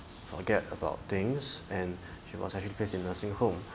forget about things and she was actually based in nursing home